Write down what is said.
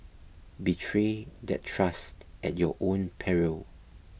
betray that trust at your own peril